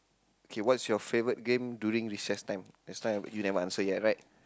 K what's your favourite game during recess time next time you never answer yet right